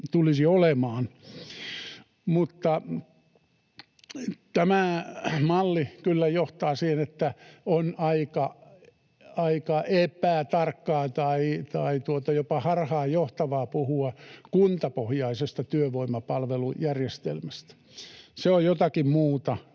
tämä malli kyllä johtaa siihen, että on aika epätarkkaa tai jopa harhaanjohtavaa puhua kuntapohjaisesta työvoimapalvelujärjestelmästä. Se on jotakin muuta